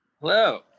Hello